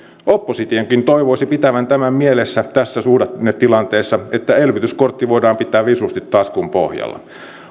oppositionkin toivoisi pitävän tämän mielessä tässä suhdannetilanteessa että elvytyskortti voidaan pitää visusti taskun pohjalla